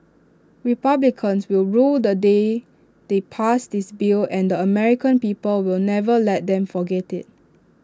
republicans will rue the day they passed this bill and American people will never let them forget IT